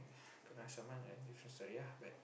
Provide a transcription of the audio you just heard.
kena summon then different story ah but